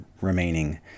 remaining